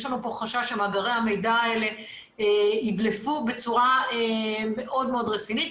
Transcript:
יש לנו פה חשש שמאגרי המידע האלה ידלפו בצורה מאוד מאוד רצינית.